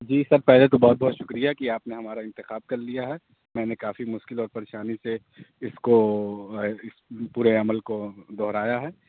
جی sir پہلے تو بہت بہت شکریہ کہ آپ نے ہمارا انتخاب کر لیا ہے میں نے کافی مشکل اور پریشانی سے اس کو پورے عمل کو دہرایا ہے